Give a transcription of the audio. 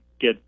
get